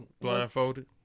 Blindfolded